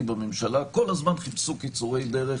בממשלה כל הזמן חיפשו קיצורי דרך